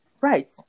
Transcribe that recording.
right